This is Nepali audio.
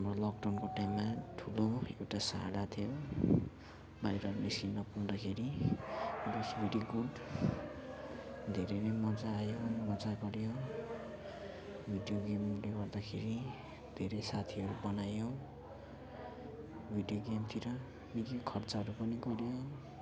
हाम्रो लक डाउनको टाइममा ठुलो एउटा सहारा थियो बाहिर निस्किनु नपाउँदाखेरि धेरै नै मजा आयो मजा गऱ्यो भिडियो गेमले गर्दाखेरि धेरै साथीहरू बनायो भिडियो गेमतिर निकै खर्चहरू पनि गऱ्यो